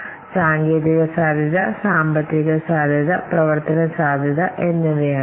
ഒന്ന് ഈ സാങ്കേതിക സാധ്യത പിന്നെ സാമ്പത്തിക സാധ്യത പ്രവർത്തന സാധ്യത എന്നിവയാണ്